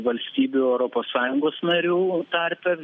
valstybių europos sąjungos narių tarpe